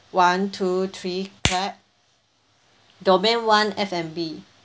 one two three clap domain one F&B